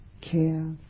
care